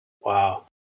Wow